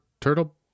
turtle